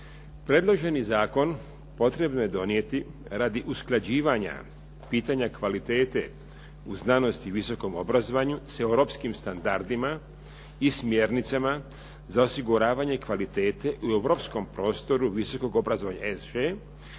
Predloženi zakon potrebno je donijeti radi usklađivanja pitanja kvalitete u znanosti i visokom obrazovanju sa europskim standardima i smjernicama za osiguravanje kvalitete i u europskom prostoru visokog obrazovanja